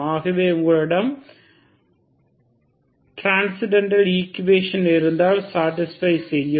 ஆகவே உங்களிடம் transcendental equation இருந்தால் சடிஸ்பை செய்யும்